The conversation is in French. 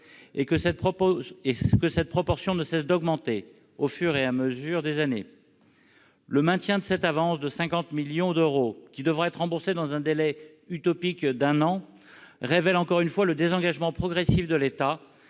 et que cette proportion ne cesse d'augmenter au fil des ans. Le maintien de cette avance de 50 millions d'euros, qui devra être remboursée dans un délai utopique d'un an, révèle encore une fois le désengagement progressif de l'État